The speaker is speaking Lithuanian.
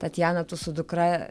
tatjana tu su dukra